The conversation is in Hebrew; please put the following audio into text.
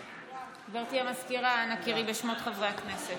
גברתי המזכירה, אנא קראי בשם חברי הכנסת.